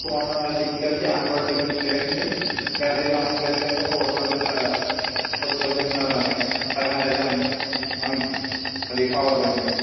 phone display వచ్చి AMOLED display అండి battery long life వచ్చి four thousand five four thousand five hundred M M పవర్ది అండి